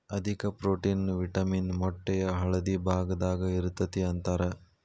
ಅಧಿಕ protein, vitamin ಮೊಟ್ಟೆಯ ಹಳದಿ ಭಾಗದಾಗ ಇರತತಿ ಅಂತಾರ